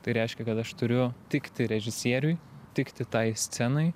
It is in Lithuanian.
tai reiškia kad aš turiu tikti režisieriui tikti tai scenai